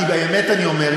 כי באמת אני אומר,